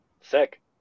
Sick